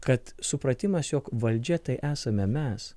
kad supratimas jog valdžia tai esame mes